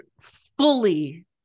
fully